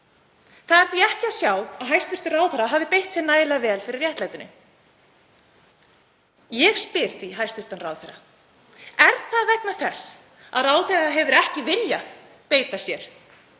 Það er því ekki að sjá að hæstv. ráðherra hafi beitt sér nægilega vel fyrir réttlætinu. Því spyr ég hæstv. ráðherra: Er það vegna þess að ráðherrann hefur ekki viljað beita sér